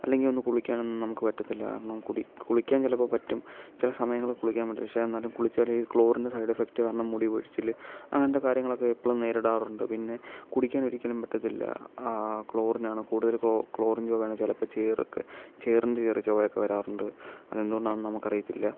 അല്ലെങ്കിലൊന്ന് കുളിക്കാനുമൊന്നും നമുക്ക് പറ്റത്തില്ല നമുക്ക് കുളി കുളിക്കാൻ ചിലപ്പോൾ പറ്റും ചില സമയങ്ങളിൽ കുളിക്കാൻ പറ്റും പക്ഷേ അതെന്താണ് കുളിച്ചാൽ ഈ ക്ലോറിൻ്റെ സൈഡ് എഫക്ട് കാരണം മുടി പൊഴിച്ചിൽ അങ്ങനത്തെ കാര്യങ്ങളൊക്കെ എപ്പോഴും നേരിടാറുണ്ട് പിന്നെ കുടിക്കാൻ ഒരിക്കലും പറ്റത്തില്ല ക്ലോറിൻ ആണ് കൂടുതൽ ക്ളോ ക്ളോറിൻ ചുവയാണ് ചിലപ്പോൾ ചേറൊക്കെ ചേറിൻ്റെ ചെറിയ ചുവയൊക്കെ വരാറുണ്ട് അതെന്തുഒണ്ടാണെന്ന് നമുക്ക് അറിയത്തില്ല